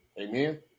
Amen